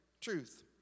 truth